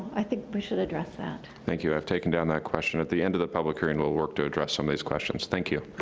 i think we should address that. thank you i've taken down that question. at the end of the public hearing, we'll work to address some of these questions, thank you.